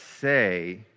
say